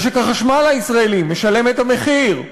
משק החשמל הישראלי משלם את המחיר,